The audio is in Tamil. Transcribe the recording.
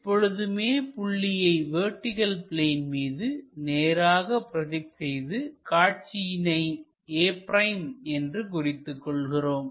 எப்பொழுதுமே புள்ளியை வெர்டிகள் பிளேன் மீது நேராக ப்ரோஜெக்ட் செய்து காட்சியினை a' என்று குறித்துக் கொள்கிறோம்